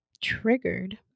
triggered